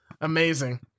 amazing